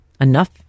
enough